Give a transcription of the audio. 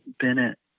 Bennett